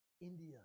India